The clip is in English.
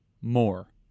more